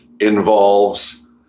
involves